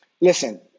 listen